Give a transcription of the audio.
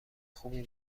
خوبی